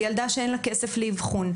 לילדה שאין לה כסף לאבחון,